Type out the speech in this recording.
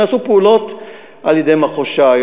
נעשו פעולות על-ידי מחוז ש"י,